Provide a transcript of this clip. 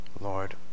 Lord